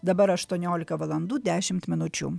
dabar aštuoniolika valandų dešimt minučių